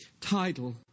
title